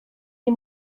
nie